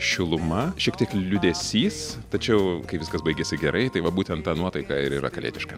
šiluma šiek tiek liūdesys tačiau kai viskas baigėsi gerai tai va būtent ta nuotaika ir yra kalėdiška